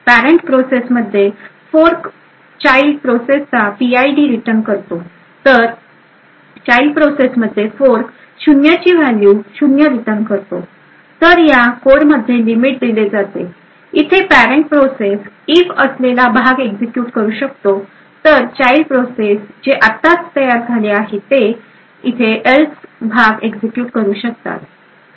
parent process मध्ये fork child प्रोसेसचा PID return करतोतर चाईल्ड प्रोसेस मध्ये फोर्क शून्य ची व्हॅल्यू शून्य रिटर्न करतो तर या कोड मध्ये लिमिट दिले जाते इथे पॅरेंट प्रोसेस इफ असलेला भाग एक्झिक्युट करू शकतो तर चाइल्ड प्रोसेस जे आत्ता तयार झाले आहे ते इथे एल्स भाग एक्झिक्युट करू शकतात